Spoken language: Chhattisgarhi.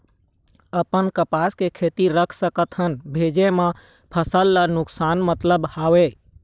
अपन कपास के खेती रख सकत हन भेजे मा फसल ला नुकसान मतलब हावे?